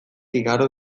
igaro